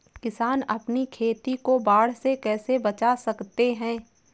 किसान अपनी खेती को बाढ़ से कैसे बचा सकते हैं?